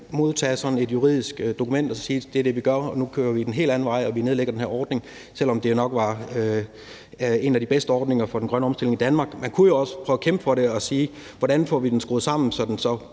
modtage sådan et juridisk dokument og så sige, at det er det, vi gør, og nu kører vi en helt anden vej og vi nedlægger den her ordning, selv om det nok var en af de bedste ordninger for den grønne omstillinger i Danmark. Man kunne jo også prøve at kæmpe for det og sige: Hvordan får vi det skruet sammen, sådan så